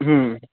ह्म्म